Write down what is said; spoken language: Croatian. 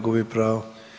Gubi pravo.